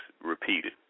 repeated